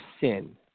sin